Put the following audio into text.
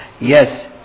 Yes